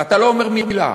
ואתה לא אומר מילה.